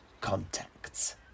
contacts